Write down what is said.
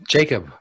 Jacob